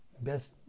best